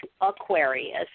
Aquarius